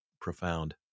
profound